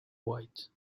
white